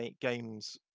games